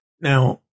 Now